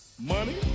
Money